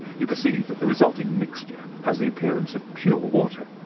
you perceive that the resulting mixture has the appearance of pure water.